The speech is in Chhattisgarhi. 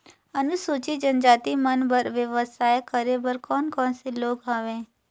अनुसूचित जनजाति मन बर व्यवसाय करे बर कौन कौन से लोन हवे?